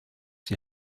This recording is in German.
die